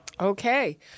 Okay